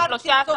אני אמרתי סופית.